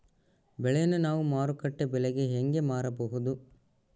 ಬೆಳೆಯನ್ನ ನಾವು ಮಾರುಕಟ್ಟೆ ಬೆಲೆಗೆ ಹೆಂಗೆ ಮಾರಬಹುದು?